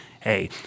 hey